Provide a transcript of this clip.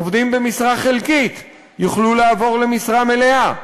עובדים במשרה חלקית יוכלו לעבור למשרה מלאה,